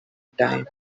time